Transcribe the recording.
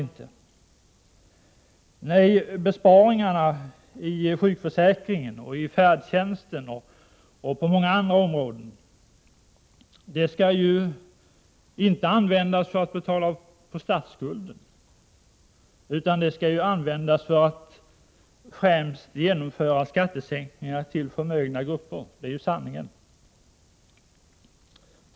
Nej, besparingarna i sjukförsäkringen, i färdtjänsten och på många andra områden skall inte användas för att betala av på statsskulden, utan de skall användas för att genomföra skattesänkningar, främst för förmögna grupper. Det är ju sanningen.